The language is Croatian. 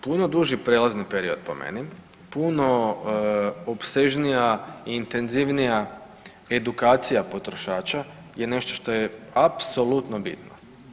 Puno duži prelazni period po meni, puno opsežnija i intenzivnija edukacija potrošača je nešto što je apsolutno bitno.